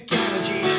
energy